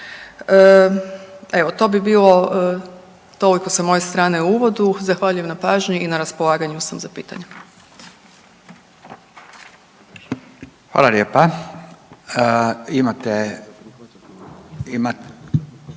Evo to bi bilo toliko sa moje strane u uvodu. Zahvaljujem na pažnji i na raspolaganju sam za pitanja. **Radin, Furio